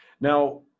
Now